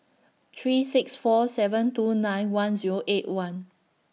three six four seven two nine one Zero eight one